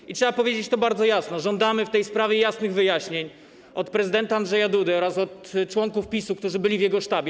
I trzeba powiedzieć to bardzo jasno: żądamy w tej sprawie jasnych wyjaśnień od prezydenta Andrzeja Dudy oraz od członków PiS-u, którzy byli w jego sztabie.